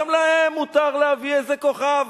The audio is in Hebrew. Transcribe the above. גם להם מותר להביא איזה כוכב.